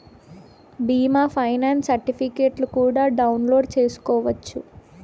బీమా ఫైనాన్స్ సర్టిఫికెట్లు కూడా డౌన్లోడ్ చేసుకోవచ్చు